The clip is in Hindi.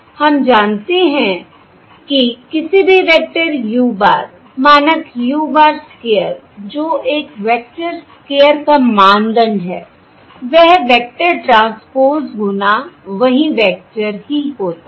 हम जानते हैं कि किसी भी वेक्टर u bar मानक u bar स्क्वेयर जो एक वेक्टर स्क्वेयर का मानदंड है वह वेक्टर ट्रांसपोज़ गुना वहीं वेक्टर ही होता है